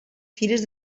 fires